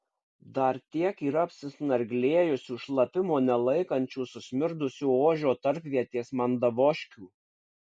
dar tiek yra apsisnarglėjusių šlapimo nelaikančių susmirdusių ožio tarpvietės mandavožkių